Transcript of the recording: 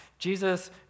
Jesus